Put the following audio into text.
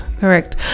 correct